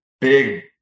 big